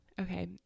Okay